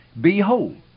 behold